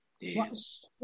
Yes